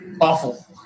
awful